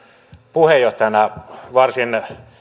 puheenjohtajana varsin